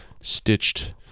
stitched